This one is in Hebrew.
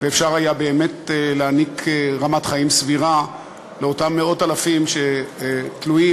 ואפשר היה באמת להעניק רמת חיים סבירה לאותם מאות אלפים שתלויים